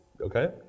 Okay